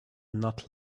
not